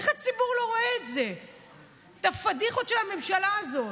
איך הציבור לא רואה את הפדיחות של הממשלה הזאת?